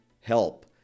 Help